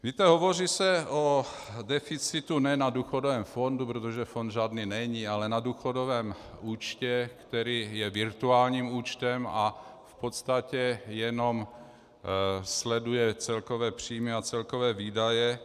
Víte, hovoří se o deficitu ne na důchodovém fondu, protože fond žádný není, ale na důchodovém účtě, který je virtuálním účtem a v podstatě jenom sleduje celkové příjmy a celkové výdaje.